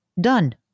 done